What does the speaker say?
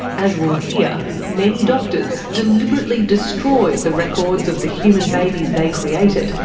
as we'll hear, many doctors deliberately destroyed the records of the human babies they created,